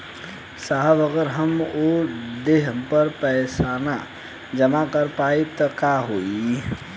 साहब अगर हम ओ देट पर पैसाना जमा कर पाइब त का होइ?